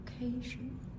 location